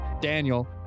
Daniel